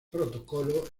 protocolo